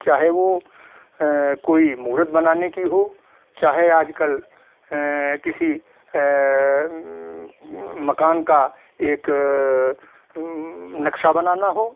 चाहे वह कोई मुहरत बनाने की हो चाहे आजकल किसी मकान का एक नक्शा बनाना हो